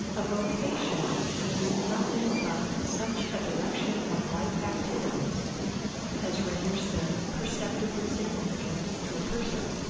a vocation means nothing but such a direction of life activities as renders them perceptibly significant to a person,